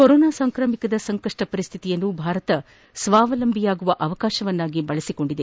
corona ಸಾಂಕ್ರಾಮಿಕದ ಸಂಕಷ್ಟದ ಪರಿಸ್ಥಿತಿಯನ್ನು ಭಾರತ ಸ್ನಾವಲಂಬಿಯಾಗುವ ಅವಕಾಶವನ್ನಾಗಿ ಬಳಸಿಕೊಂಡಿದೆ